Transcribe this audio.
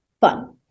fun